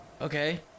Okay